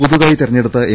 പുതുതായി തെര ഞ്ഞെടുത്ത എം